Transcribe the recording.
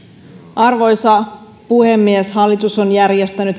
arvoisa puhemies hallitus on järjestänyt